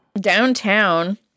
Downtown